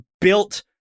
built